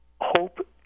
hope